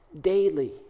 daily